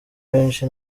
benshi